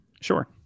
Sure